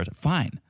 Fine